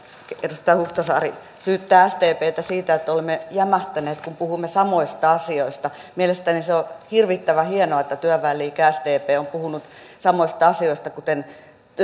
edustaja huhtasaari syyttää sdptä siitä että olemme jämähtäneet kun puhumme samoista asioista mielestäni se on hirvittävän hienoa että työväenliike sdp on puhunut samoista asioista kuten